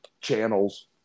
channels